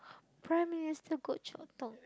Prime-Minister Goh Chok Tong